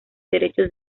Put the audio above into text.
derechos